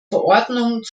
verordnung